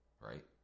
Right